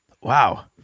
Wow